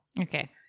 Okay